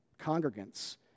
congregants